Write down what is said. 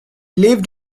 lived